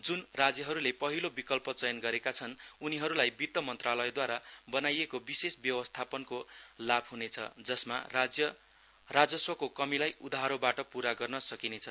जुन राज्यहरुले पहिलो विकल्प चयन गरेका छन् उनीहरुलाई वित्त मन्त्रालयद्वारा बनाइएको विशेष व्यवस्थाको लाभ हुनेछ जसमा राजस्वको कमीलाई उधारोबाट पूरा गर्न सकिनेछ